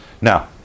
now